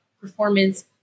performance